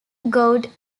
god